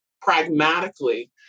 pragmatically